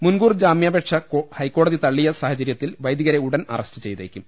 മുൻകൂർ ജാമ്യാപേക്ഷ ഹൈക്കോടതി തള്ളിയ സാഹചര്യത്തിൽ വൈദി കരെ ഉടൻ അറസ്റ്റ് ചെയ്തേക്കും